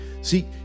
See